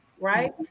right